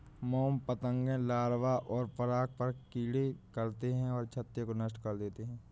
मोम पतंगे लार्वा और पराग पर फ़ीड करते हैं और छत्ते को नष्ट कर देते हैं